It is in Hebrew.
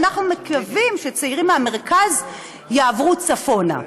ואנחנו מקווים שצעירים מהמרכז יעברו צפונה".